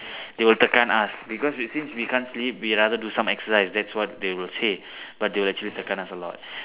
they will tekan us because it seems we can't sleep we rather do some exercise that's what they will say but they will actually tekan us a lot